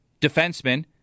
defenseman